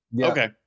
Okay